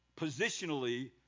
positionally